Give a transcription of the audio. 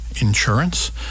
insurance